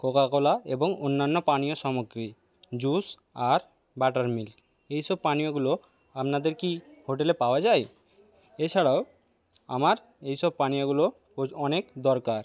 Coca Cola এবং অন্যান্য পানীয় সামগ্রী জুস আর বাটার মিল্ক এই সব পানীয়গুলো আপনাদের কি হোটেলে পাওয়া যায় এছাড়াও আমার এই সব পানীয়গুলো অনেক দরকার